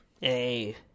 Hey